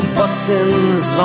buttons